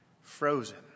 frozen